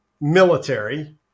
military